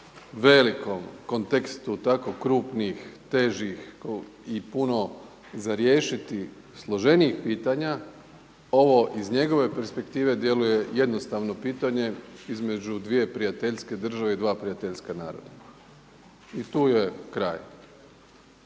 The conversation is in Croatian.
velikom kontekstu tako krupnih, težih i puno za riješiti složenijih pitanja, ovo iz njegove perspektive djeluje jednostavno pitanje između dvije prijateljske države i dva prijateljska naroda i tu je kraj.